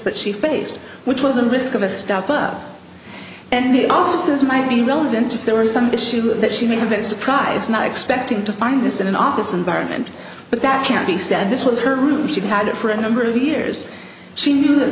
that she faced which was a risk of a step up and the offices might be relevant if there were some issue that she may have been surprised not expecting to find this in an office environment but that can be said this was her room she'd had it for a number of years she knew that